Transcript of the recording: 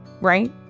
right